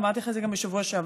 ואמרתי לך את זה גם בשבוע שעבר,